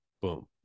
Boom